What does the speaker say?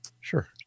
Sure